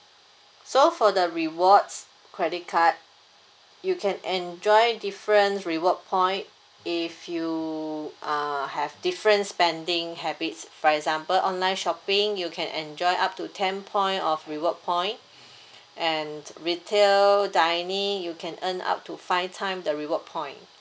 so for the rewards credit card you can enjoy different reward point if you uh have different spending habits for example online shopping you can enjoy up to ten point of reward point and retail dining you can earn up to five time the reward point